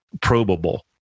probable